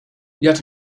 yet